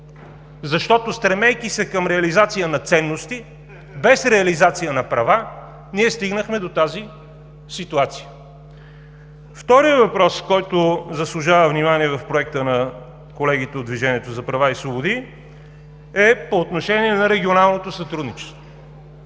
Защото стремейки се към реализация на ценности, без реализация на права ние стигнахме до тази ситуация. Вторият въпрос, който заслужава внимание в Проекта на колегите от „Движението за права и свободи“, е по отношение на регионалното сътрудничество.